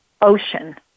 ocean